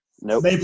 Nope